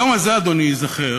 היום הזה, אדוני, ייזכר